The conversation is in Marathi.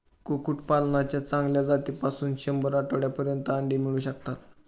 कुक्कुटपालनाच्या चांगल्या जातीपासून शंभर आठवड्यांपर्यंत अंडी मिळू शकतात